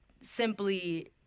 simply